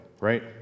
Right